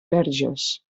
verges